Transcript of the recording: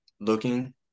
looking